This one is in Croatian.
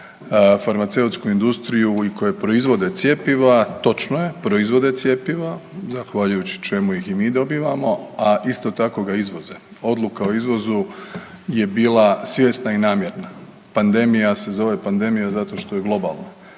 farmaceutsku industriju u koje proizvode cjepiva, točno je, proizvode cjepiva zahvaljujući čemu ih i mi dobivamo, a isto tako ih izvoze. Odluka o izvozu je bila svjesna i namjerna. Pandemija se zove pandemija zato što je globalna